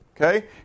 Okay